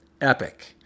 epic